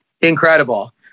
incredible